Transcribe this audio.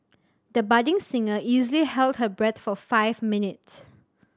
the budding singer easily held her breath for five minutes